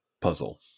puzzle